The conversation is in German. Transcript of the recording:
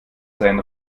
sein